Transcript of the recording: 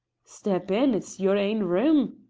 step in it's your ain room,